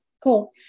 cool